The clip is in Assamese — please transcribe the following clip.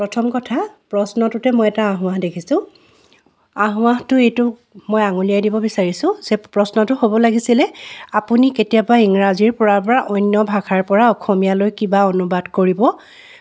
প্ৰথম কথা প্ৰশ্নটোতে মই এটা আসোঁৱাহ দেখিছোঁ আসোঁৱাহটো এইটো মই আঙুলিয়াই দিব বিচাৰিছোঁ প্ৰশ্নটো হ'ব লাগিছিলে আপুনি কেতিয়াবা ইংৰাজীৰপৰা বা অন্যভাষাৰপৰা অসমীয়ালৈ কিবা অনুবাদ কৰিব